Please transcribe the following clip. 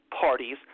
parties